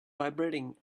vibrating